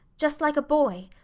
just like a boy.